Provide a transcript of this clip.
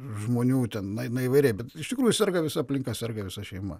žmonių ten eina įvairiai bet iš tikrųjų serga visa aplinka serga visa šeima